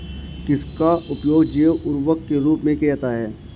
किसका उपयोग जैव उर्वरक के रूप में किया जाता है?